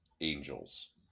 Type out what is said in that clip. Angels